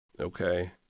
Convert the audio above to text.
Okay